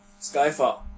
Skyfall